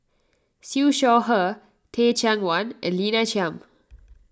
Siew Shaw Her Teh Cheang Wan and Lina Chiam